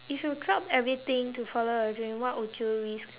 if you dropped everything to follow your dream what would you risk